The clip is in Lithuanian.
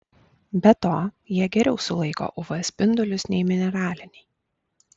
be to jie geriau sulaiko uv spindulius nei mineraliniai